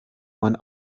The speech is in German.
man